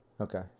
Okay